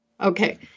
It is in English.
Okay